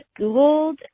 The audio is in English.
googled